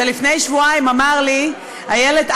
שלפני שבועיים אמר לי: איילת,